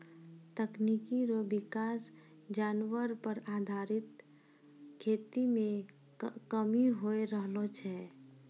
तकनीकी रो विकास जानवर पर आधारित खेती मे कमी होय रहलो छै